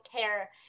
care